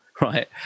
Right